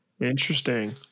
Interesting